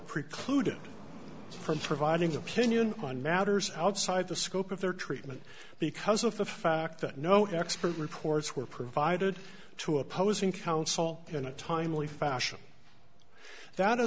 precluded from providing an opinion on matters outside the scope of their treatment because of the fact that no expert reports were provided to opposing counsel in a timely fashion that is